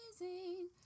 amazing